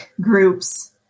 groups